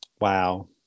Wow